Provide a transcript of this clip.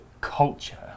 culture